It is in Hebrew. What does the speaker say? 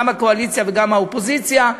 גם הקואליציה וגם האופוזיציה.